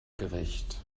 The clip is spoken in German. gerecht